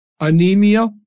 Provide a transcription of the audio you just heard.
anemia